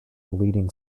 leading